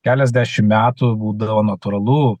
keliasdešim metų būdavo natūralu